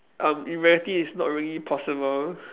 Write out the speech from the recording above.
um in reality it's not really possible